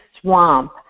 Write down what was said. swamp